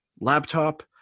laptop